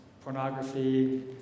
pornography